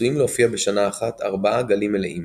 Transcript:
עשויים להופיע בשנה אחת ארבעה גלים מלאים